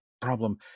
problem